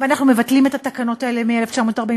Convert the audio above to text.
ואנחנו מבטלים את התקנות האלה מ-1945,